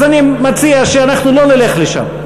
אז אני מציע שאנחנו לא נלך לשם.